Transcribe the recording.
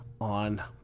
on